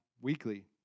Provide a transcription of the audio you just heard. weekly